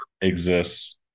exists